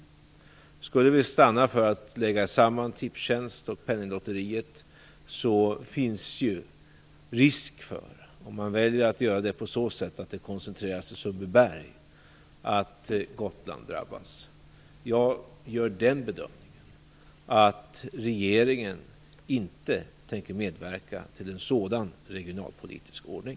I frågan om vi skulle stanna för att lägga samman Tipstjänst och Penninglotteriet på så sätt att det blir en koncentration till Sundbyberg och så att Gotland drabbas, gör jag den bedömningen att regeringen inte tänker medverka till en sådan regionalpolitisk ordning.